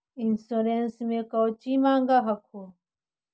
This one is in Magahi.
इंश्योरेंस मे कौची माँग हको?